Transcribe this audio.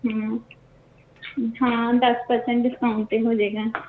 ਹਾਂ ਦਸ percent discount 'ਤੇ ਹੋ ਜਾਵੇਗਾ